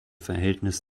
verhältnis